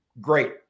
great